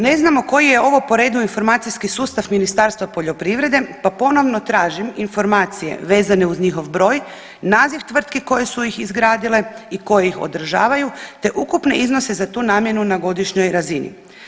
Ne znamo koji je ovo po redu informacijski sustav Ministarstva poljoprivrede, pa ponovno tražim informacije vezane uz njihov broj, naziv tvrtki koje su ih izgradile i koje ih održavaju, te ukupne iznose za tu namjenu na godišnjoj razini.